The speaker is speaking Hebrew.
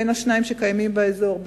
בין השניים שקיימים באזור,